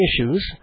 issues